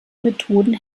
methoden